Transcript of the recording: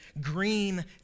Green